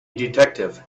detective